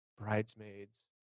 Bridesmaids